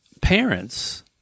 parents